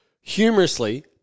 humorously